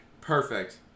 Perfect